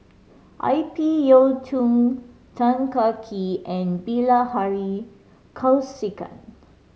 I P Yiu Tung Tan Kah Kee and Bilahari Kausikan